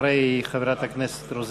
היושב-ראש אתן לך אחרי חברת הכנסת רוזין.